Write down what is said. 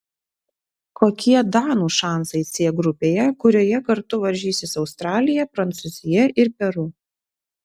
kokie danų šansai c grupėje kurioje kartu varžysis australija prancūzija ir peru